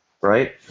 right